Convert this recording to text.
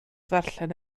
ddarllen